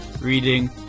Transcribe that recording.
reading